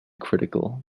critical